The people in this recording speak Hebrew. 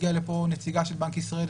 הגיעה לפה נציגה של בנק ישראל,